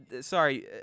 sorry